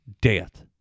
death